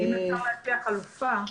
אני רוצה להציע חלופה.